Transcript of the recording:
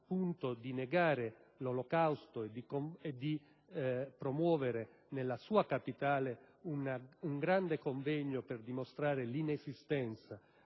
al punto di negare l'Olocausto e di promuovere nella sua capitale un grande convegno per dimostrare l'inesistenza